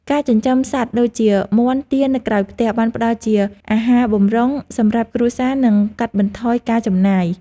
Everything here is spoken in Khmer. ការចិញ្ចឹមសត្វដូចជាមាន់ ទា នៅក្រោយផ្ទះបានផ្ដល់ជាអាហារបម្រុងសម្រាប់គ្រួសារ និងកាត់បន្ថយការចំណាយ។